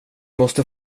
måste